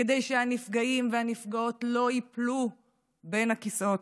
כדי שהנפגעים והנפגעות לא ייפלו בין הכיסאות.